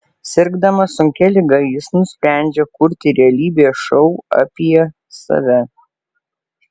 sirgdamas sunkia liga jis nusprendžia kurti realybės šou apie save